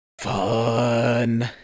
fun